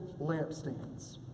lampstands